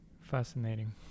Fascinating